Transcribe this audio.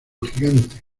gigante